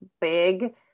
big